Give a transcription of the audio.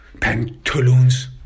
pantaloons